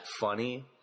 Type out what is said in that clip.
funny